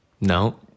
No